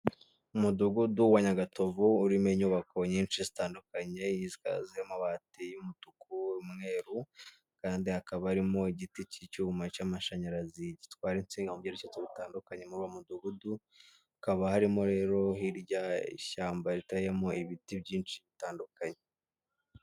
Umudugudu wa Nyagatovu, urimo inyubako nyinshi zitandukanye yikaze amabati y'umutuku, umweru kandi hakaba arimo igiti cy'icyuma cy'amashanyarazi gitwara insinga mu byerekezo bitandukanye muri uwo mudugudu, hakaba harimo rero hirya ishyamba riteyemo ibiti byinshi bitandukanye.